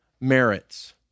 merits